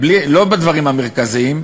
לא בדברים המרכזיים,